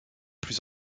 plus